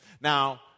Now